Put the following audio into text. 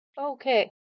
Okay